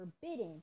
forbidden